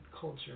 culture